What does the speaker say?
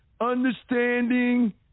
understanding